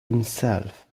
himself